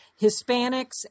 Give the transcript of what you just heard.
Hispanics